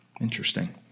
interesting